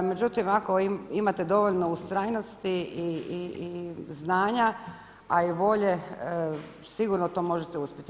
Međutim, ako imate dovoljno ustrajnosti i znanja, a i volje sigurno to možete uspjeti.